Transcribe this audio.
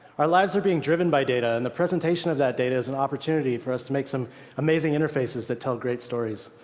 our lives are being driven by data, and the presentation of that data is an opportunity for us to make some amazing interfaces that tell great stories.